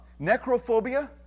Necrophobia